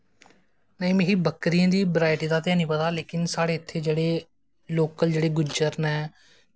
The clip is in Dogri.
भाई मिगी बकरियें दी बराईटी दा हैनी पता पर साढ़े इत्थें लोकल जेह्ड़े गुज्जर नै